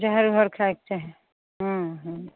जहर ओहर खाइके चाही हँ हँ